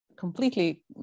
completely